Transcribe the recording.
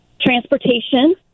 transportation